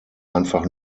einfach